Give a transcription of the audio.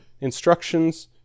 instructions